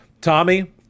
Tommy